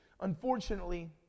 Unfortunately